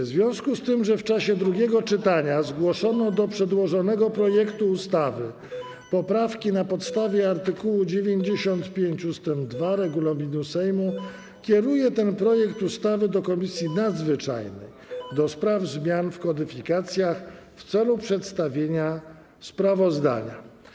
W związku z tym, że w czasie drugiego czytania zgłoszono do przedłożonego projektu ustawy poprawki, na podstawie art. 95 ust. 2 regulaminu Sejmu kieruję ten projekt ustawy do Komisji Nadzwyczajnej do spraw zmian w kodyfikacjach w celu przedstawienia sprawozdania.